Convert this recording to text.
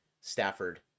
Stafford